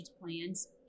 plans